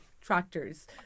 tractors